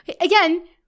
again